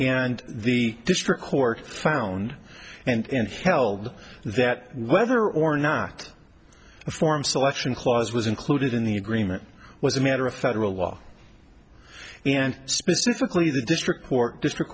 and the district court found and held that whether or not the form selection clause was included in the agreement was a matter of federal law and specifically the district court district